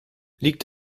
liegt